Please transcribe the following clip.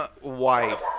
wife